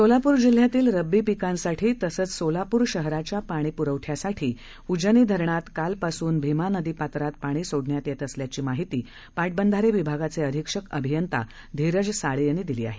सोलापूर जिल्ह्यातील रब्बी पीकांसाठी तसेच सोलापूर शहराच्या पाणी पूरवठ्यासाठी उजनी धरणात काल पासून भिमा नदीपात्रात पाणी सोडण्यात येत असल्याची माहिती पाटबंधारे विभागाचे अधीक्षक अभियंता धीरज साळे यांनी दिली आहे